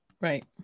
right